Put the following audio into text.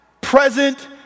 present